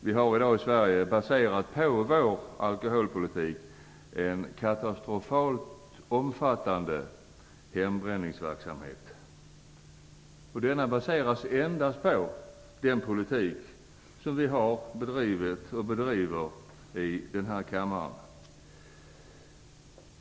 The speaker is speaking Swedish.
Vi har i Sverige baserat vår alkoholpolitik på en katastrofalt omfattande hembränningsverksamhet. Det beror endast på den politik som vi har bedrivit, och bedriver, i denna kammare.